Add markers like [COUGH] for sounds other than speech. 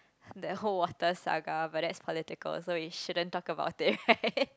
the whole water saga but that's political so we shouldn't talk about it right [LAUGHS]